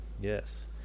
yes